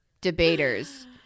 debaters